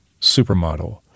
supermodel